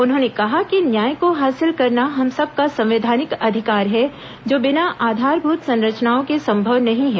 उन्होंने कहा कि न्याय को हासिल करना हम सबका संवैधानिक अधिकार है जो बिना आधारभूत संरचनाओं को संभव नहीं है